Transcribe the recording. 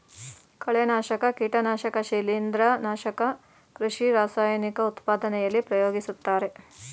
ಕಳೆನಾಶಕ, ಕೀಟನಾಶಕ ಶಿಲಿಂದ್ರ, ನಾಶಕ ಕೃಷಿ ರಾಸಾಯನಿಕ ಉತ್ಪಾದನೆಯಲ್ಲಿ ಪ್ರಯೋಗಿಸುತ್ತಾರೆ